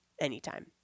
anytime